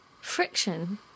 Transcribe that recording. Friction